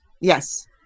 Yes